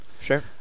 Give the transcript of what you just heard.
sure